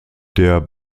der